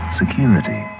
security